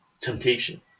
temptation